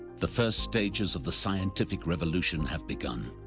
the first stages of the scientific revolution have begun,